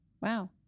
Wow